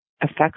effects